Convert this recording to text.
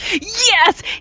Yes